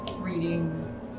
reading